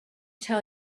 tell